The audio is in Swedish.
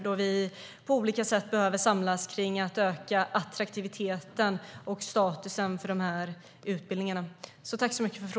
Då behöver vi samlas på olika sätt för att öka attraktiviteten och statusen på dessa utbildningar.